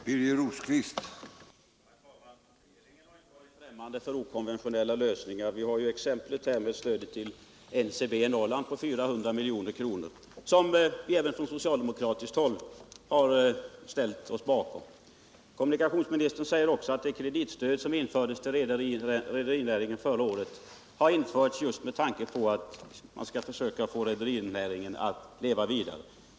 Herr talman! Regeringen har inte varn främmande för okonventionella lösningar. Fit exempel är ju stödet till NCB på 400 milj.kr.. som även vi från socialdemokratiskt håll ställt oss bakom. Kommunikationsministern säger också att det kreditstöd ull rederinäringen som vi fattade beslut om förra året infördes just med tanke på att man ville försöka få rederinäringen att leva vidare.